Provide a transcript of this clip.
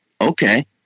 Okay